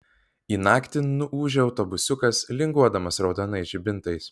į naktį nuūžia autobusiukas linguodamas raudonais žibintais